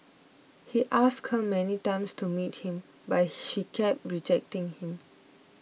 he asked her many times to meet him but she kept rejecting him